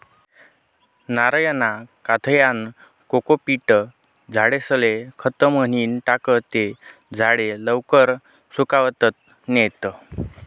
नारयना काथ्यानं कोकोपीट झाडेस्ले खत म्हनीन टाकं ते झाडे लवकर सुकातत नैत